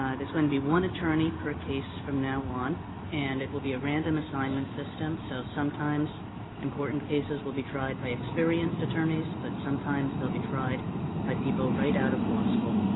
there's going to be one attorney per case from now on and it will be a random assignment system. so sometimes important cases will be tried by experienced attorneys, but sometimes they'll be tried by people right out of law school.